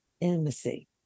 intimacy